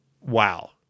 wow